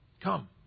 Come